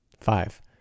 Five